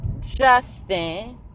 Justin